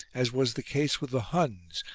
as was the case with the huns,